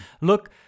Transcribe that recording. look